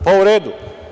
Pa, u redu.